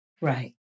Right